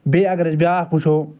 بیٚیہِ اگر أسۍ بیٛاکھ وٕچھو